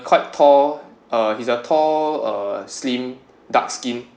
quite tall uh he's a tall uh slim dark skin